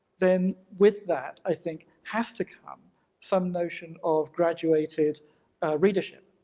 then with that, i think has to come some notion of graduated readership.